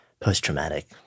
post-traumatic